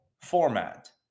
format